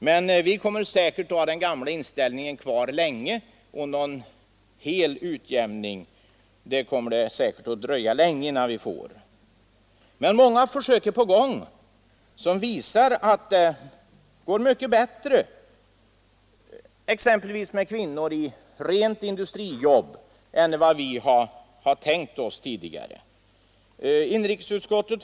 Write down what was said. Men vi kommer säkert att länge ha kvar den gamla inställningen, och det kommer säkert att dröja länge innan vi får någon fullständig utjämning. Det pågår emellertid många försök som visar att det är mycket bättre med kvinnor i exempelvis rent industrijobb än vad vi har tänkt oss tidigare.